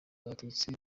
abatutsi